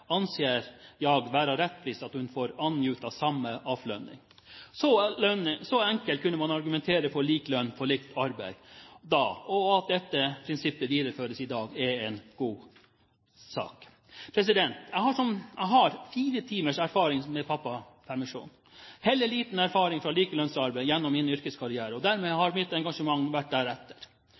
anser jag vara Rättvist att hon äfven får åtnjuta Samma afløning.» Så enkelt kunne man argumentere for lik lønn for likt arbeid da, og at det prinsippet videreføres også i dag, er en god sak. Jeg har fire timers erfaring med pappapermisjon, heller liten erfaring fra likelønnsarbeid gjennom min yrkeskarriere, og dermed har mitt engasjement vært deretter.